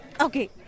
Okay